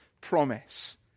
promise